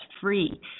free